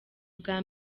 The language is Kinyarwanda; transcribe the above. bwa